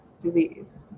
disease